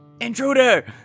Intruder